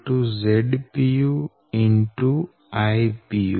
Ipu છે